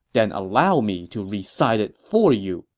then allow me to recite it for you,